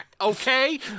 okay